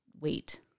wait